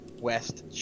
West